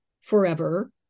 forever